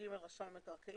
נותן השירות הוא רשם המקרקעין.